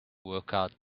workout